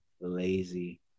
lazy